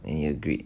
and he agreed